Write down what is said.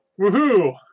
Woohoo